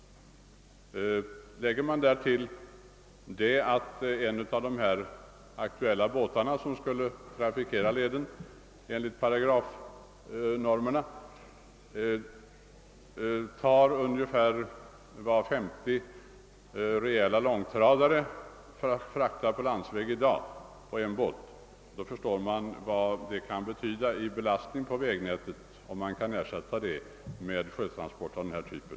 Lägger man därtill det förhållandet att ett enda sådant fartyg, som enligt planerna skulle trafikera denna led, tar ungefär samma last som 50 rejäla långtradare kan befordra, förstår man vilken avlastning av vägnätet som kan åstadkommas genom sjötransport av detta slag.